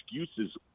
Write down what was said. excuses